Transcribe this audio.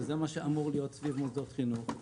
שזה מה שאמור להיות סביב מוסדות חינוך,